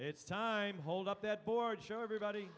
it's time hold up that board sure everybody